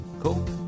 cool